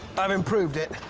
i've improved it.